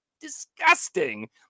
disgusting